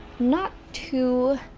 not too.